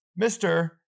Mr